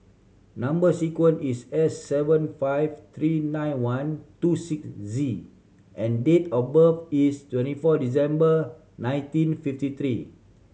number sequence is S seven five three nine one two six Z and date of birth is twenty four December nineteen fifty three